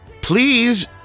Please